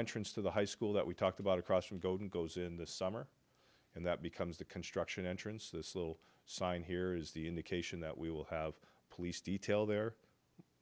entrance to the high school that we talked about across from golden goes in the summer and that becomes the construction entrance this little sign here is the indication that we will have police detail there